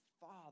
father